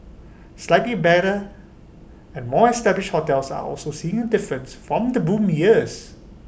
slightly better and more established hotels are also seeing A difference from the boom years